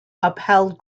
upheld